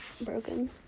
broken